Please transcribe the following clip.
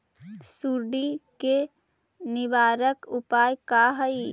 सुंडी के निवारक उपाय का हई?